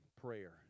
prayer